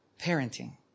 parenting